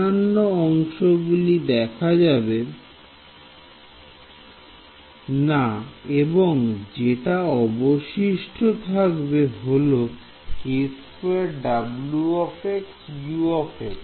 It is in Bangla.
অন্যান্য অংশগুলি দেখা যাবে না এবং যেটা অবশিষ্ট থাকবে হল WU